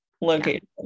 location